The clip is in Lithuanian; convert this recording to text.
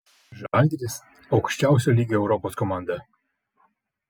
žalgiris aukščiausio lygio europos komanda